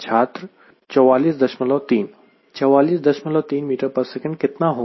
छात्र 443 443 ms कितना होगा